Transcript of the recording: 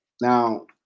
Now